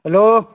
hello